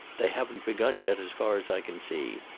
they haven't begun yet as far as i can see,